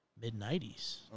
mid-'90s